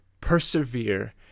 persevere